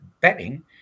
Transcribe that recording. betting